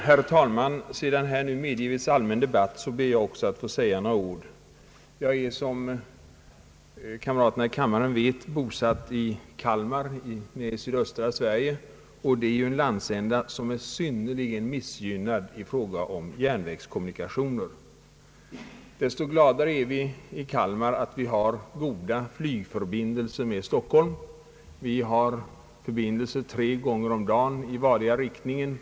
Herr talman! Sedan här nu medgivits allmän debatt ber också jag att få anföra några synpunkter. Jag är som kamraterna här i kammaren vet bosatt i Kalmar i sydöstra Sverige — en landsända som är synnerligen missgynnad i fråga om järnvägskommunikationer. Desto gladare är vi i Kalmar över att vi har goda flygförbindelser med Stockholm. Vi har tre förbindelser om dagen i vardera riktningen.